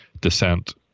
Descent